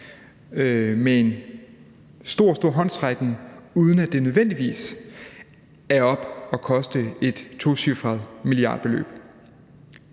med en stor, stor håndsrækning, uden at det nødvendigvis er oppe at koste et tocifret milliardbeløb?